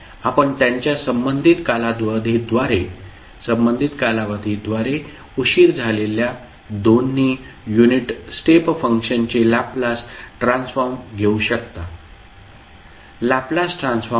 आपण त्यांच्या संबंधित कालावधीद्वारे उशीर झालेल्या दोन्ही युनिट स्टेप फंक्शनचे लॅपलास ट्रान्सफॉर्म घेऊ शकता